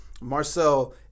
Marcel